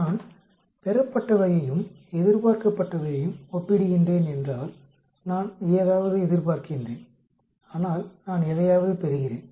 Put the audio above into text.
நான் பெறப்பட்டவையையும் எதிர்பார்க்கப்பட்டவையையும் ஒப்பிடுகின்றேன் என்றால் நான் ஏதாவது எதிர்பார்க்கிறேன் ஆனால் நான் எதையாவது பெறுகிறேன்